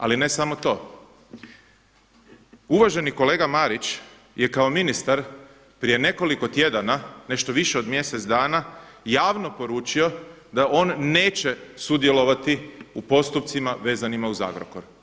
Ali ne samo to, uvaženi kolega Marić je kao ministar prije nekoliko tjedana nešto više od mjesec dana, javno poručio da on neće sudjelovati u postupcima vezanima uz Agrokor.